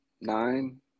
nine